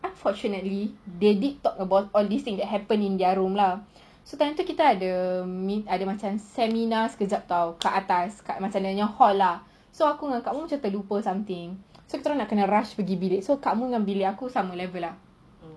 unfortunately they did talk about or all these things that happen in their room lah so time tu kita ada meet~ ada macam seminar sekejap atau kat atas kat macam dia punya hall ah so aku dengan kak mun pun terlupa something so kita orang kena rush pergi bilik so kak mun dengan bilik aku sama level ah